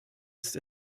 ist